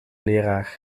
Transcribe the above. leraar